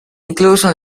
incluso